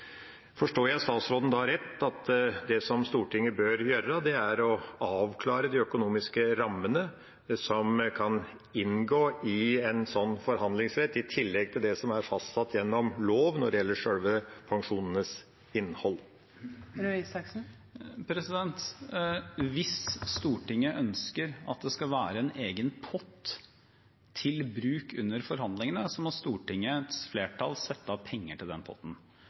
Forstår jeg statsråden rett i at det som Stortinget bør gjøre, er å avklare de økonomiske rammene som kan inngå i en sånn forhandlingsrett, i tillegg til det som er fastsatt gjennom lov, når det gjelder selve pensjonenes innhold? Hvis Stortinget ønsker at det skal være en egen pott til bruk under forhandlingene, må Stortingets flertall sette av penger til den potten.